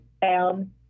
found